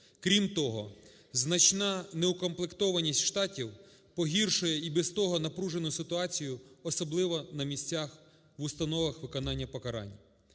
Крім того, значна неукомплектованість штатів погіршує і без того напружену ситуацію, особливо на місцях в установах виконання покарань.